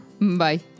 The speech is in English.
Bye